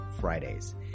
fridays